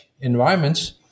environments